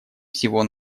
всего